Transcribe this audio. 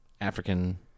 African